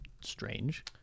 strange